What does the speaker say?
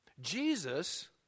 Jesus